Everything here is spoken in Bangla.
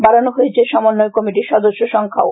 বাড়ানো হয়েছে সমন্বয় কমিটির সদস্য সংখ্যাও